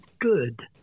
good